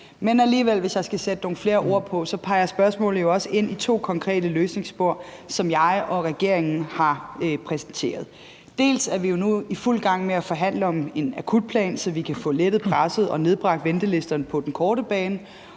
Men hvis jeg skal sætte nogle flere ord på, peger spørgsmålet også ind i to konkrete løsningsspor, som jeg og regeringen har præsenteret. Dels er vi jo nu i fuld gang med at forhandle om en akutplan, så vi kan få lettet presset og nedbragt ventelisterne på den korte bane,